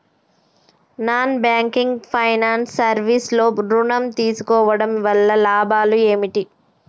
Non banking finance service లో ఋణం తీసుకోవడం వల్ల లాభాలు ఏమిటి?